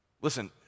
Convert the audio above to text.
Listen